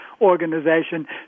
organization